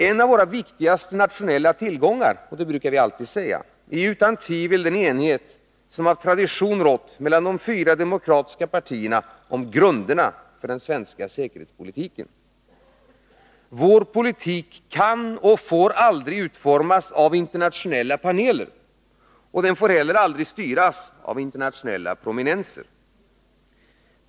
En av våra viktigaste nationella tillgångar är utan tvivel— det brukar vi säga —den enighet som av tradition rått mellan de fyra demokratiska partierna om grunderna för den svenska säkerhetspolitiken. Vår politik kan och får aldrig utformas av internationella paneler, och den får heller aldrig styras av internationella prominenser.